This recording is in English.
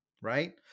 right